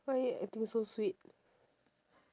why you acting so sweet